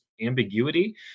ambiguity